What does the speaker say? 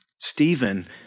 Stephen